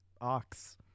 ox